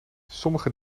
sommige